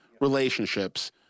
relationships